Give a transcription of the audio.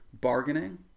bargaining